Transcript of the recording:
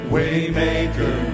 Waymaker